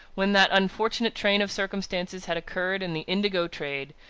when that unfortunate train of circumstances had occurred in the indigo trade,